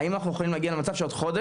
האם אנחנו יכולים להגיע למצב שעוד חודש